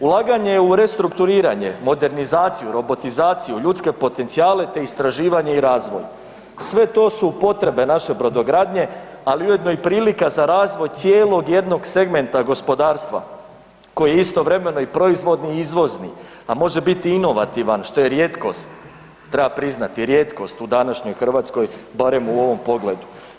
Ulaganje u restrukturiranje, modernizaciju, robotizaciju, ljudske potencijale te istraživanje i razvoj, sve to su potrebe naše brodogradnje ali ujedno i prilika za razvoj cijelog jednog segmenta gospodarstva koji je istovremeno i proizvodni i izvozni a može biti inovativan, što je rijetkost, treba priznati, rijetkost u današnjoj Hrvatskoj, barem u ovom pogledu.